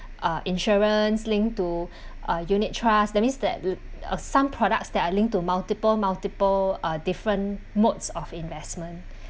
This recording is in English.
uh insurance linked to uh unit trust that means that uh some products that are linked to multiple multiple uh different modes of investment